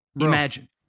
Imagine